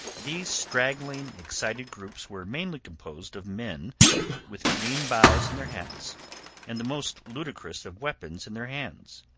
these straggling, excited groups were mainly composed of men with green boughs in their hats and the most ludicrous of weapons in their hands.